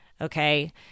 okay